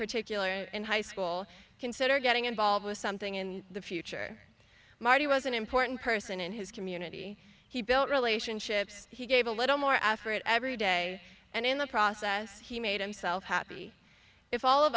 particular in high school consider getting involved with something in the future marty was an important person in his community he built relationships he gave a little more after it every day and in the process he made himself happy if all of